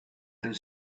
and